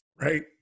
Right